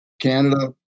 Canada